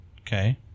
Okay